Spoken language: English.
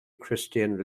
christian